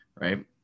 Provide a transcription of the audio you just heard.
right